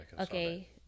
okay